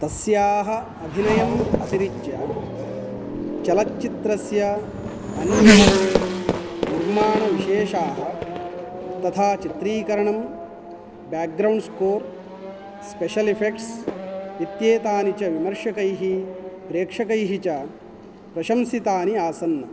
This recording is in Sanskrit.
तस्याः अभिनयम् अतिरिच्य चलचित्रस्य अन्ये निर्माणविशेषाः तथा चित्रीकरणं background score special effects इत्येतानि च विमर्शकैः प्रेक्षकैः च प्रशंसितानि आसन्